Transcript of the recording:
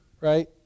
right